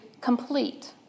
complete